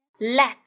Let